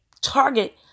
target